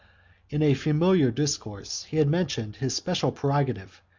in a familiar discourse he had mentioned his special prerogative,